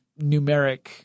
numeric